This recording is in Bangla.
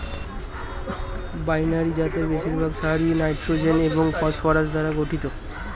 বাইনারি জাতের বেশিরভাগ সারই নাইট্রোজেন এবং ফসফরাস দ্বারা গঠিত